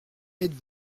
êtes